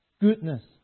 Goodness